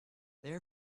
their